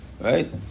Right